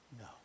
No